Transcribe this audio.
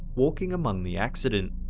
walking among the accident.